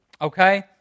Okay